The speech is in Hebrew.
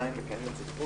הישיבה ננעלה